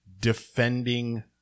defending